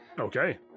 okay